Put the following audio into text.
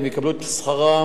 והם יקבלו את שכרם,